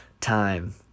Time